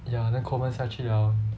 ya then kovan 下去了